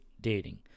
dating